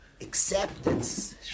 Acceptance